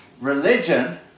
religion